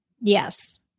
Yes